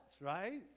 right